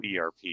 ERP